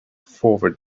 forward